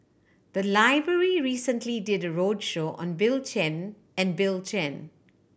the library recently did a roadshow on Bill Chen and Bill Chen